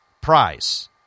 prize